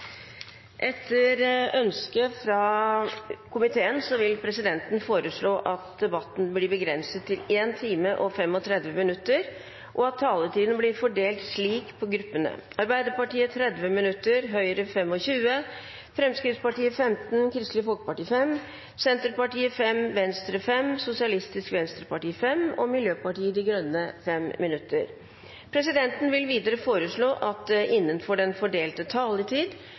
Etter ønske fra utenriks- og forsvarskomiteen vil presidenten foreslå at debatten blir begrenset til 1 time og 35 minutter, og at taletiden blir fordelt slik mellom gruppene: Arbeiderpartiet 30 minutter, Høyre 25 minutter, Fremskrittspartiet 15 minutter, Kristelig Folkeparti 5 minutter, Senterpartiet 5 minutter, Venstre 5 minutter, Sosialistisk Venstreparti 5 minutter og Miljøpartiet De Grønne 5 minutter. Presidenten vil videre foreslå at det innenfor den fordelte taletid